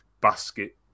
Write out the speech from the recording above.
basket